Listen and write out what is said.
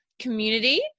community